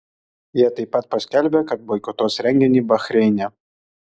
jie taip pat paskelbė kad boikotuos renginį bahreine